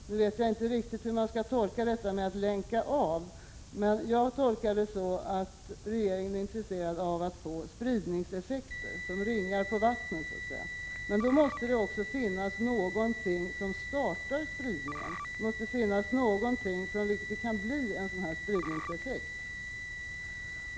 Jag vet inte riktigt hur jag skall tolka detta med att ”länka av”. Jag har tolkat det som att regeringen är intresserad av att få spridningseffekter, som ringar på vattnet. Men då måste det också finnas någonting som startar spridningen, något från vilket en sådan här spridningseffekt kan starta.